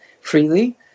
freely